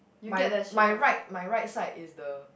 my my right my right side is the